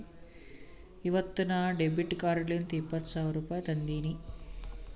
ಇವತ್ ನಾ ಡೆಬಿಟ್ ಕಾರ್ಡ್ಲಿಂತ್ ಇಪ್ಪತ್ ಸಾವಿರ ರುಪಾಯಿ ತಂದಿನಿ